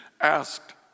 asked